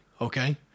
okay